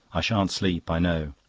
i shan't sleep, i know.